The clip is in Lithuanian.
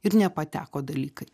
ir nepateko dalykai